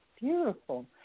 Beautiful